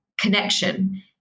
connection